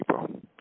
people